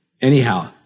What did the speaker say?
Anyhow